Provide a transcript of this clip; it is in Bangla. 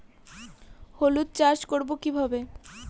হলুদ চাষ করব কিভাবে?